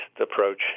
approach